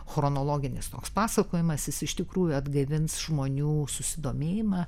chronologinis toks pasakojimas jis iš tikrųjų atgaivins žmonių susidomėjimą